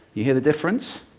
you hear the difference?